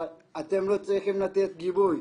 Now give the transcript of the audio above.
אבל אתם לא צריכים לתת גיבוי.